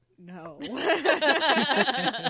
No